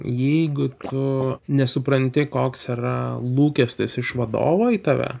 jeigu tu nesupranti koks yra lūkestis iš vadovo į tave